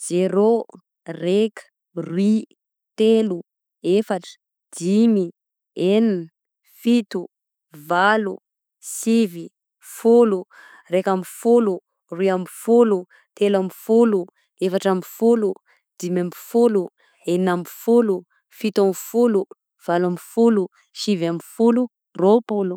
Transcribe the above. Zerô, raika, roy, telo, efatra, dimy, enina, fito, valo, sivy, folo, raika amby folo, roy amby folo, telo amby folo, efatra amby folo, dimy amby folo, enina amby folo, fito amby folo, valo amby folo, sivy amby folo, rôpolo.